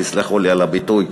תסלחו לי על הביטוי,